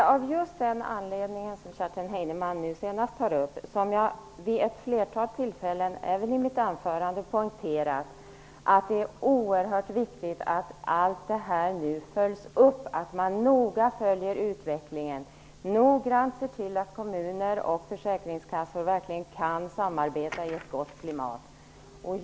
Fru talman! Det är just av den anledningen som jag vid ett flertal tillfällen och även i mitt anförande har poängterat att det är oerhört viktigt att allt detta följs upp och att man noga följer utvecklingen. Man måste noga se till att kommuner och försäkringskassor kan samarbeta i ett gott klimat.